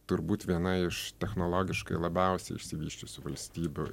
turbūt viena iš technologiškai labiausiai išsivysčiusių valstybių